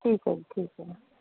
ਠੀਕ ਹੈ ਜੀ ਠੀਕ ਹੈ